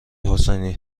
حسینی